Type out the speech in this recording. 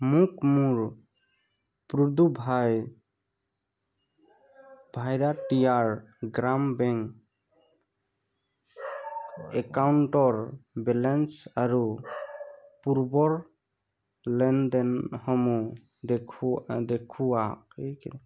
মোক মোৰ প্ৰুড়ুভাই ভাৰাতীয়াৰ গ্ৰাম বেংক একাউণ্টৰ বেলেঞ্চ আৰু পূৰ্বৰ লেনদেনসমূহ দেখুৱা দেখুৱা এই কিয়